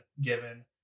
given